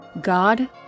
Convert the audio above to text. God